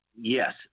Yes